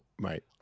Right